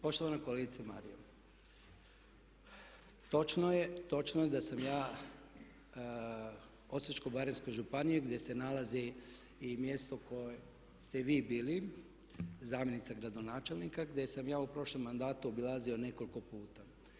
Poštovana kolegice Marijo, točno je, točno je da sam ja u Osječko-baranjskoj županiji gdje se nalazi i mjesto u kojem ste i vi bili zamjenica gradonačelnika gdje sam ja u prošlom mandatu obilazio nekoliko puta.